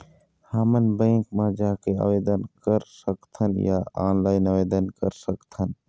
हमन बैंक मा जाके आवेदन कर सकथन या ऑनलाइन आवेदन कर सकथन?